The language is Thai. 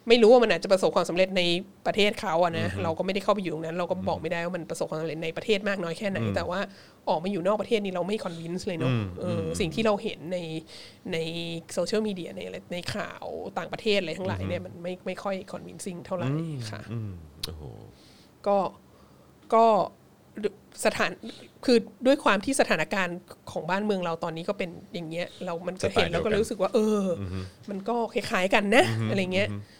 ไม่รู้ว่ามันอาจจะประสบความสำเร็จในประเทศเขาอะนะอือฮึเราก็ไม่ได้เข้าไปอยู่ตรงนั้น เราก็บอกอืมไม่ได้ว่ามันประสบความสำเร็จในประเทศมากน้อยแค่ไหนอืมแต่ว่าออกมาอยู่นอกประเทศนี่เราไม่ convince เลยเนอะอืมอืมอืมเออ สิ่งที่เราเห็นใน- ในโซเชียลมีเดียในอะไรในข่าวต่างประเทศอะไรทั้งหลายเนี่ยอือฮึมันไม่- ไม่- ไม่ค่อย convincing เท่าไหร่ค่ะอืมอืมโอ้โหก็- ก็- ก็สถาน- คือด้วยความที่สถานการณ์ของบ้านเมืองเราตอนนี้ก็เป็นอย่างเงี้ย เรามันก็เห็นแล้วก็สไตล์เดียวกันรู้สึกว่าเอออือฮึมันก็คล้ายๆกันนะอือฮึอะไรเงี้ยอือฮึ